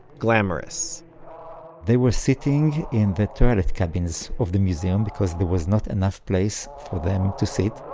glamorous they were sitting in the toilet cabins of the museum, because there was not enough place for them to sit